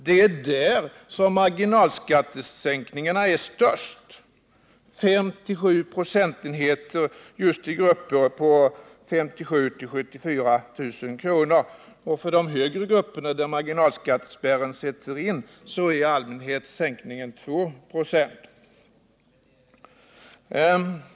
Det är för dem som marginalskattesänkningarna är störst, nämligen 5-7 procentenheter för inkomstgrupperna 57 000-74 000 kr. För de högre inkomstgrupperna, där marginalskattespärren sätter in, är sänkningen i allmänhet 2 96.